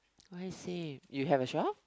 why save you have a shop